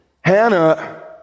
Hannah